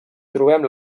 trobem